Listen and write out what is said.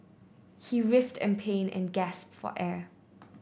he writhed in pain and gasped for air